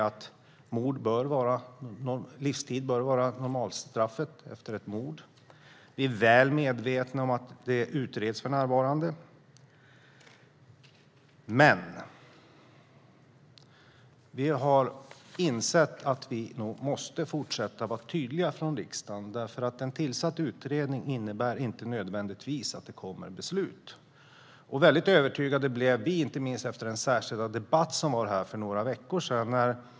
Vi säger att livstid bör vara normalstraff efter ett mord. Vi är väl medvetna om att detta för närvarande utreds, men vi har insett att vi i riksdagen nog måste vara tydliga. En tillsatt utredning innebär nämligen inte nödvändigtvis att ett beslut kommer. Väldigt övertygade blev vi inte minst efter den särskilda debatt som hölls här för några veckor sedan.